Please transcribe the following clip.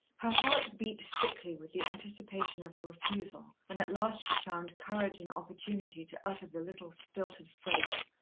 her heart beat thickly with the anticipation of a refusal, when at last she found courage and opportunity to utter the little stilted phrase,